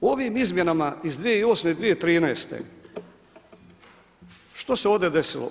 Ovim izmjenama iz 2008. i 2013. što se ovdje desilo?